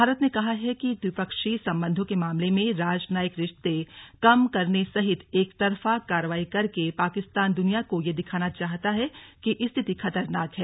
भारत ने कहा है कि द्विपक्षीय संबंधों के मामले में राजनयिक रिश्ते कम करने सहित एकतरफा कार्रवाई करके पाकिस्तान दुनिया को यह दिखाना चाहता है कि स्थिति खतरनाक है